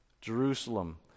Jerusalem